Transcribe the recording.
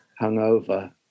hungover